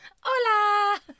Hola